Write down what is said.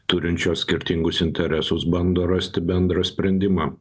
turinčios skirtingus interesus bando rasti bendrą sprendimą